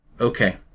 okay